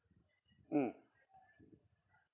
mm